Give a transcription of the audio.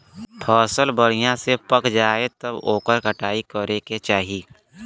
फसल बढ़िया से पक जाये तब्बे ओकर कटाई करे के चाही